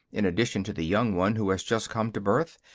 in addition to the young one who has just come to birth,